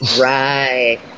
Right